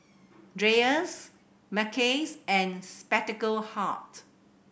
Dreyers Mackays and Spectacle Hut